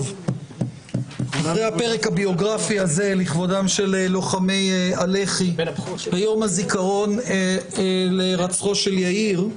זה הפרק הביוגרפי לכבודם של לוחמי הלח"י ביום הזיכרון להירצחו של יאיר.